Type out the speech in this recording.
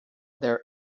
their